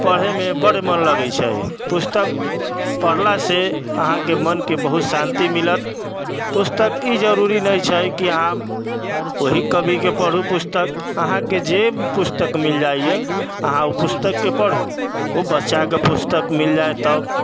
पढ़य मे बड मोन लगै छै पुस्तक पढ़ला से अहाँके मन के बहुत शांति मिलत पुस्तक ई जरूरी नहि छै की अहाँ ओहि कवि के पढू पुस्तक अहाँके जे भी पुस्तक मिल जाइ यऽ अहाँ ओ पुस्तक के पढू ओ बच्चा के पुस्तक मिल जाय तब